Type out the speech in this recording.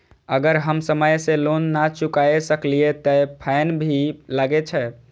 अगर हम समय से लोन ना चुकाए सकलिए ते फैन भी लगे छै?